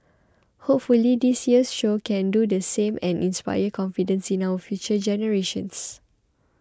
hopefully this year's show can do the same and inspire confidence in our future generations